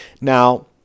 Now